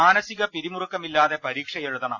മാന സിക പിരിമുറുക്കമില്ലാതെ പരീക്ഷയെഴുതണം